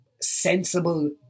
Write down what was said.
sensible